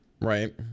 right